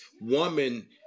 woman